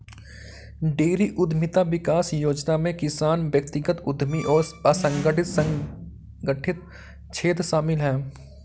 dairy उद्यमिता विकास योजना में किसान व्यक्तिगत उद्यमी और असंगठित संगठित क्षेत्र शामिल है